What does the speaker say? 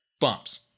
bumps